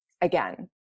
again